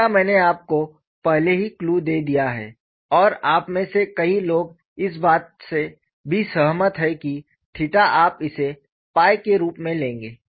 theta मैंने आपको पहले ही क्लू दे दिया है और आप में से कई लोग इस बात से भी सहमत हैं कि थीटा आप इसे के रूप में लेंगे